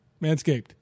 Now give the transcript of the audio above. Manscaped